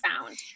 found